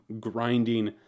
grinding